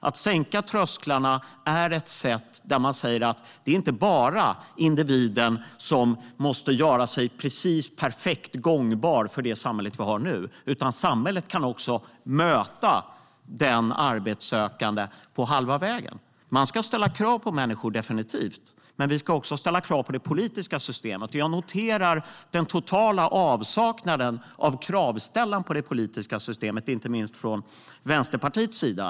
Att sänka trösklarna är ett sätt att säga att det inte bara är individen som måste göra sig perfekt gångbar för det samhälle vi har nu. Samhället kan möta den arbetssökande på halva vägen. Man ska definitivt ställa krav på människor. Men vi ska också ställa krav på det politiska systemet. Jag noterar den totala avsaknaden av kravställande på det politiska systemet inte minst från Vänsterpartiets sida.